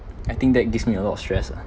I think that gives me a lot of stress ah